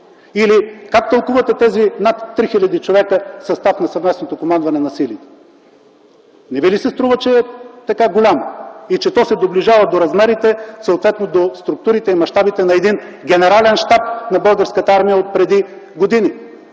Или как тълкувате тези над 3000 човека – състав на съвместното командване на силите? Не Ви ли се струва, че е голямо и че то се доближава до размерите, съответно до структурите и мащабите на един Генерален щаб на Българската армия отпреди години